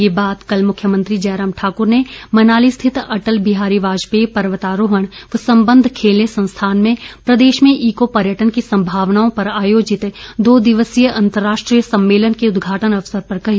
यह बात कल मुख्यमंत्री जयराम ठाकुर ने मनाली स्थित अटल बिहारी वाजपेयी पर्वतारोहण व सम्बद्ध खेलें संस्थान में प्रदेश में ईको पर्यटन की सम्मावनाओं पर आयोजित दो दिवसीय अंतर्राष्ट्रीय सम्मेलन के उदघाटन अवसर पर कही